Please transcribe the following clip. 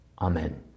Amen